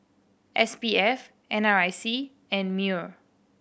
S P F N R I C and MEWR